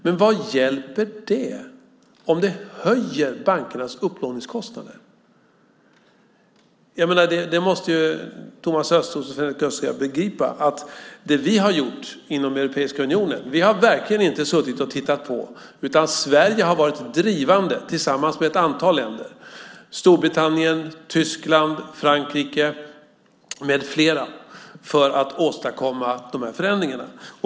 Men vad hjälper det om det höjer bankernas upplåningskostnader? Thomas Östros och Sven-Erik Österberg måste begripa att vi verkligen inte har suttit och tittat på i Europeiska unionen. Sverige har varit drivande tillsammans med ett antal länder, Storbritannien, Tyskland, Frankrike med flera, för att åstadkomma de här förändringarna.